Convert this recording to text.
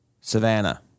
Savannah